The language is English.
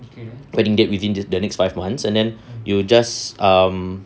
wedding date within the next five months and then you just um